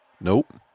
Nope